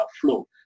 flow